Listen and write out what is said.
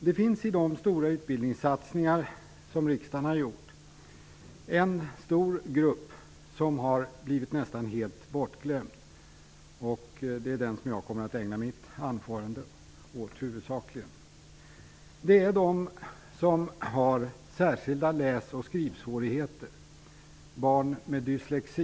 Det finns när det gäller de utbildningssatsningar som riksdagen har gjort en stor grupp som nästan har blivit helt bortglömd. Det är denna grupp jag huvudsakligen kommer att ägna mitt anförande åt. Det gäller dem som har särskilda läs och skrivsvårigheter, alltså barn med dyslexi.